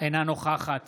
אינה נוכחת